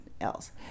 else